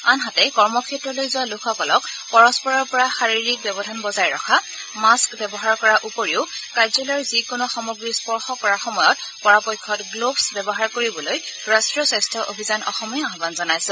আনহাতে কৰ্মক্ষেত্ৰলৈ যোৱা লোকসকলক পৰস্পৰৰ পৰা শাৰীৰিক ব্যৱধান বজাই ৰখা মাস্ক ব্যৱহাৰ কৰাৰ উপৰি কাৰ্যালয়ৰ যিকোনো সামগ্ৰী স্পৰ্শ কৰাৰ সময়ত পৰাপক্ষত গ্ল'ভছ ব্যৱহাৰ কৰিবলৈ ৰাষ্ট্ৰীয় স্বাস্থ্য অভিযান অসমে আহান জনাইছে